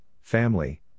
family